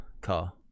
car